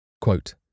Quote